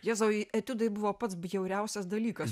jėzau etiudai buvo pats bjauriausias dalykas